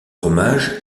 hommage